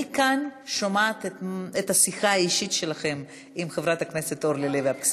אני כאן שומעת את השיחה האישית שלכם עם חברת הכנסת אורלי לוי אבקסיס.